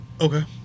Okay